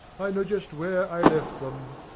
i know just where i left them.